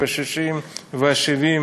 ה-60 וה-70,